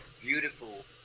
beautiful